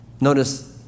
Notice